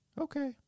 Okay